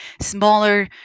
smaller